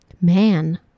Man